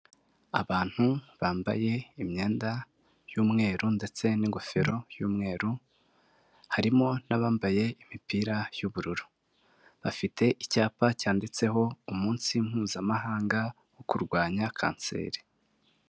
Abantu bambaye imyenda y'umweru ndetse n'ingofero y'umweru, harimo n'abambaye imipira y'ubururu, bafite icyapa cyanditseho "umunsi mpuzamahanga wo kurwanya Kanseri."